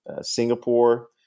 Singapore